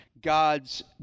God's